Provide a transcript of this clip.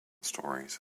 stories